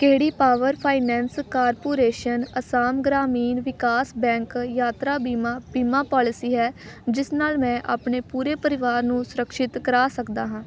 ਕਿਹੜੀ power finance corporation Assam Gramin Vikas bank ਯਾਤਰਾ ਬੀਮਾ ਬੀਮਾ ਪਾਲਿਸੀ ਹੈ ਜਿਸ ਨਾਲ ਮੈਂ ਆਪਣੇ ਪੂਰੇ ਪਰਿਵਾਰ ਨੂੰ ਸੁਰਿਕਸ਼ਿਤ ਕਰਾ ਸਕਦਾ ਹਾਂ